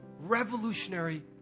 revolutionary